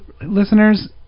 listeners